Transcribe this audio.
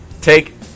take